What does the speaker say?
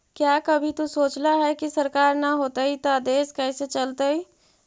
क्या कभी तु सोचला है, की सरकार ना होतई ता देश कैसे चलतइ